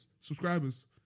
subscribers